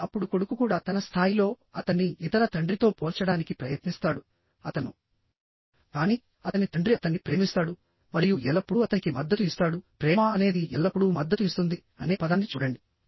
కానీ అప్పుడు కొడుకు కూడా తన స్థాయిలో అతన్ని ఇతర తండ్రితో పోల్చడానికి ప్రయత్నిస్తాడు అతను కానీ అతని తండ్రి అతన్ని ప్రేమిస్తాడు మరియు ఎల్లప్పుడూ అతనికి మద్దతు ఇస్తాడు ప్రేమ అనేది ఎల్లప్పుడూ మద్దతు ఇస్తుంది అనే పదాన్ని చూడండి